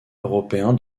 européen